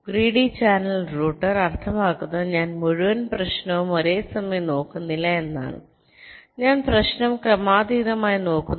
greedy channel router അർത്ഥമാക്കുന്നത് ഞാൻ മുഴുവൻ പ്രശ്നവും ഒരേ സമയം നോക്കുന്നില്ല എന്നാണ് ഞാൻ പ്രശ്നം ക്രമാതീതമായി നോക്കുന്നു